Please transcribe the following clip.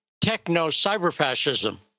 techno-cyber-fascism